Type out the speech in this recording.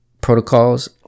protocols